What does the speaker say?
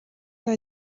nta